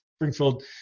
Springfield